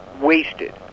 wasted